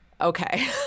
Okay